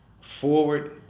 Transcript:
forward